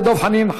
תודה רב לדב חנין.